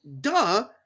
Duh